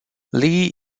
lee